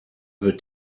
wird